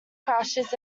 crashes